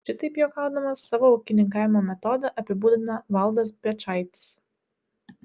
šitaip juokaudamas savo ūkininkavimo metodą apibūdina valdas piečaitis